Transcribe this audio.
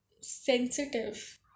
sensitive